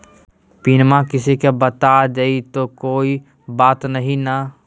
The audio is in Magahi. पिनमा किसी को बता देई तो कोइ बात नहि ना?